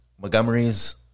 Montgomery's